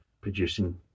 producing